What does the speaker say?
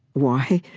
why?